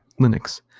Linux